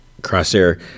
Crosshair